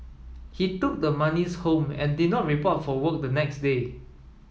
he took the monies home and did not report for work the next day